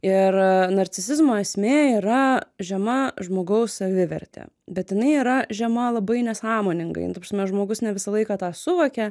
ir narcisizmo esmė yra žema žmogaus savivertė bet jinai yra žema labai nesąmoningai ta prasme žmogus ne visą laiką tą suvokia